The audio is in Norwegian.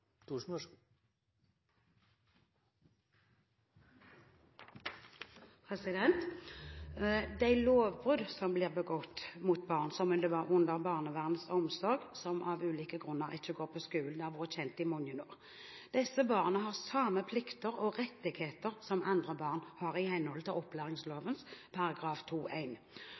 De lovbrudd som blir begått mot barn under barnevernets omsorg som av ulike grunner ikke går på skolen, har vært kjent i mange år. Disse barna har samme plikter og rettigheter som andre barn har i henhold til